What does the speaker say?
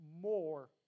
more